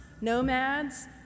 nomads